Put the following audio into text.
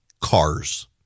Cars